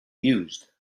used